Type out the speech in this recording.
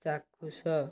ଚାକ୍ଷୁଷ